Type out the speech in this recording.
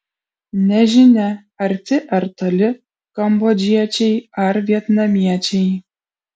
nežinia arti ar toli kambodžiečiai ar vietnamiečiai